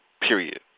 period